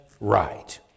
right